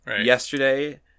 yesterday